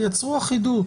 תייצרו אחידות.